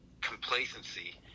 complacency